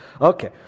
Okay